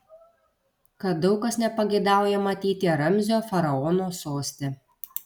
kad daug kas nepageidauja matyti ramzio faraono soste